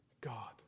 God